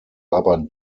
aber